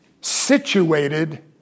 situated